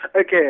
okay